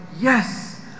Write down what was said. yes